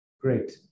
Great